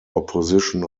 opposition